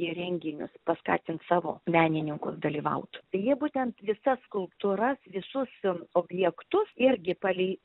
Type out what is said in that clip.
į renginius paskatint savo menininkus dalyvaut tai jie būtent visas skulptūras visus objektus irgi palei